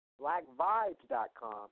BlackVibes.com